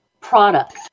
product